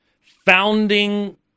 founding